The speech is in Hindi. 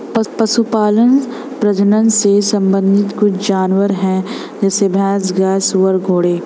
पशुपालन प्रजनन से संबंधित कुछ जानवर है जैसे भैंस, गाय, सुअर, घोड़े